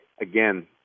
Again